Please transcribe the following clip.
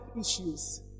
issues